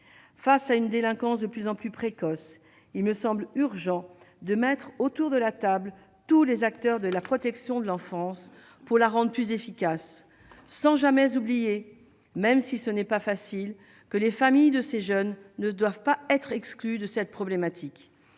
face à une délinquance de plus en plus précoce, il me semble urgent de mettre autour de la table tous les acteurs de la protection de l'enfance pour la rendent plus efficace, sans jamais oublier, même si ce n'est pas facile que les familles de ces jeunes ne doivent pas être exclus de cette problématique,